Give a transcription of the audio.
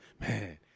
Man